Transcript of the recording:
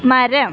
മരം